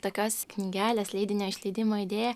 tokios knygelės leidinio išleidimo idėja